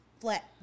flat